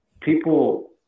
people